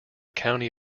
county